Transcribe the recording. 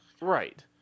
Right